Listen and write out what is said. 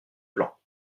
plan